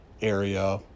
area